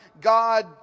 God